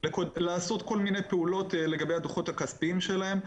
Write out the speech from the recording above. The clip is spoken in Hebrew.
לעשות כל מיני פעולות לגבי הפעולות הכספיות שלהן.